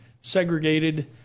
segregated